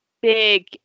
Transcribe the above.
big